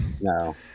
No